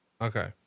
Okay